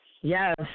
Yes